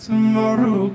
Tomorrow